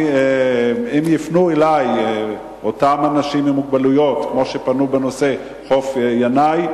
אם יפנו אלי אנשים עם מוגבלויות כמו שפנו בנושא חוף ינאי,